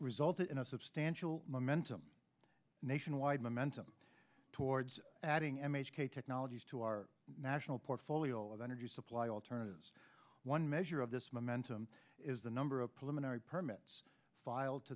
resulted in a substantial momentum nationwide momentum towards adding m h k technologies to our national portfolio of energy supply alternatives one measure of this momentum is the number of p